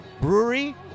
Brewery